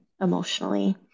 emotionally